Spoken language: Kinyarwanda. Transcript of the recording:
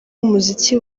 umuziki